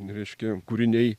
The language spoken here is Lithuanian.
reiškia kūriniai